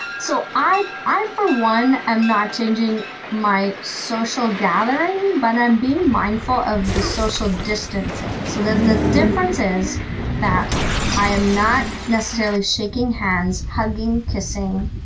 so i for one am not changing my social gathering, but i'm being mindful of the social distancing so the the difference is that i am not necessarily shaking hands, hugging, kissing,